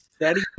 Daddy